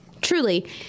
Truly